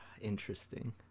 Interesting